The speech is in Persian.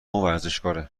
ورزشکاره